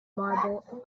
marble